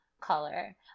color